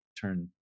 turn